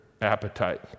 appetite